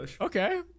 Okay